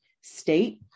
state